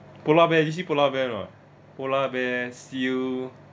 polar bear usually polar bear [what] polar bears see you